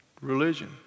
religion